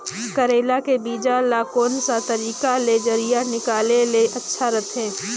करेला के बीजा ला कोन सा तरीका ले जरिया निकाले ले अच्छा रथे?